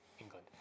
England